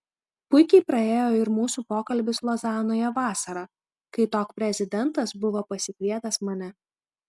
puikiai praėjo ir mūsų pokalbis lozanoje vasarą kai tok prezidentas buvo pasikvietęs mane